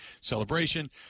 Celebration